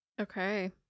Okay